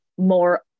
more